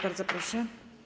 Bardzo proszę.